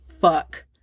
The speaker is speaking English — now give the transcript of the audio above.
fuck